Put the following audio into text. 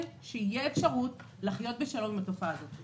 שתהיה אפשרות לחיות בשלום עם התופעה הזאת.